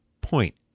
point